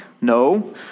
No